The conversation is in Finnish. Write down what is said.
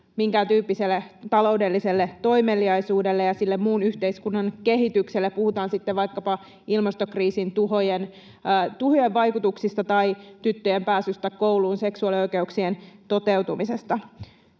minkään tyyppiselle taloudelliselle toimeliaisuudelle ja sille muun yhteiskunnan kehitykselle, puhutaan sitten vaikkapa ilmastokriisin tuhojen vaikutuksista tai tyttöjen pääsystä kouluun, seksuaalioikeuksien toteutumisesta.